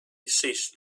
ceased